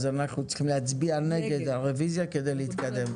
אז אנחנו צריכים להצביע נגד הרוויזיה כדי להתקדם.